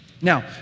Now